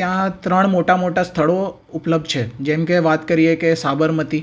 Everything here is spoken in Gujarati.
ત્યાં ત્રણ મોટા મોટા સ્થળો ઉપલબ્ધ છે જેમ કે વાત કરીએ કે સાબરમતી